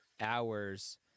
hours